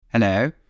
Hello